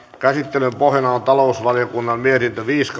käsittelyn pohjana on talousvaliokunnan mietintö viisi